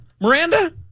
Miranda